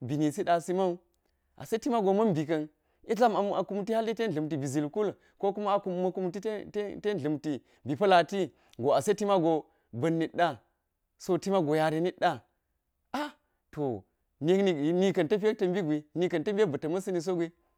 bi nsi ɗa simau ase timago ma̱n bi ka̱n de zam miwo ama̱ kunti ten dla̱mti bi zil ku ko kuma a kurkumti ten ten dla̱mti bi pa̱latiwu ase tima go ba̱n nitɗa, tima go yare niɗɗa aa to nik nika̱n ta̱ mbi gwi nika̱n ta̱pi bi ta̱ ma̱sni so gwi.